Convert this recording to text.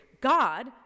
God